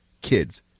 kids